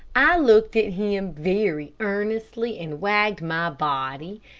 i looked at him very earnestly and wagged my body,